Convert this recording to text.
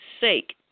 sake